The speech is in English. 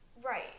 Right